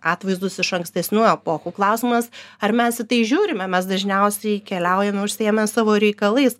atvaizdus iš ankstesnių epochų klausimas ar mes į tai žiūrime mes dažniausiai keliaujame užsiėmę savo reikalais